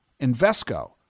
Invesco